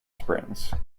springs